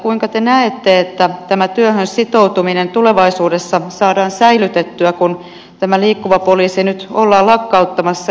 kuinka te näette että tämä työhön sitoutuminen tulevaisuudessa saadaan säilytettyä kun tätä liikkuvaa poliisia nyt ollaan lakkauttamassa